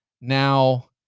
Now